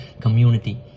community